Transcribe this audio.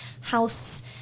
house